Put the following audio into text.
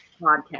podcast